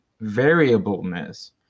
variableness